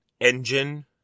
engine